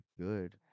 Good